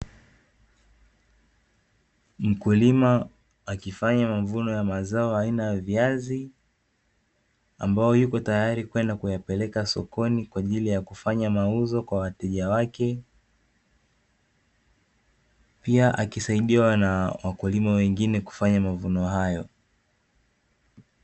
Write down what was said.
Mkulima akifanya mavuno ya mazao aina ya viazi, ambayo yuko tayari kwenda kuyapeleka sokoni, kwa ajili ya kufanya mauzo wa wateja wake, pia akisaidiwa na wakulima wengine kufanya mavuno hayo.